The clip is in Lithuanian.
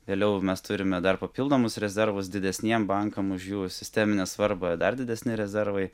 vėliau mes turime dar papildomus rezervus didesniem bankam už jų sisteminę svarbą dar didesni rezervai